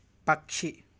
పక్షి